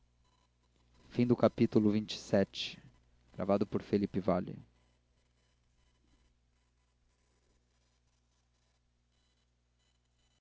não peço mais ao